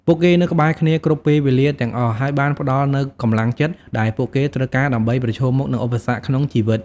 ពួកគេនៅក្បែរគ្នាក្នុងគ្រប់ពេលវេលាទាំងអស់ ហើយបានផ្តល់នូវកម្លាំងចិត្តដែលពួកគេត្រូវការដើម្បីប្រឈមមុខនឹងឧបសគ្គក្នុងជីវិត។